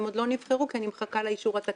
הן עוד לא נבחרו כי אני מחכה לאישור התקציבי הקרוב.